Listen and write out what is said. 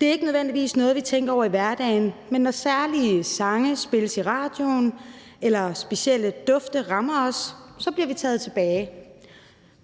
Det er ikke nødvendigvis noget, vi tænker over i hverdagen, men når særlige sange spilles i radioen eller specielle dufte rammer os, bliver vi taget tilbage